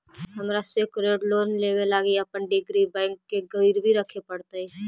हमरा secured loan लेबे लागी अपन डिग्री बैंक के गिरवी रखे पड़तई